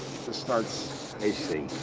starts ac.